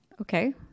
okay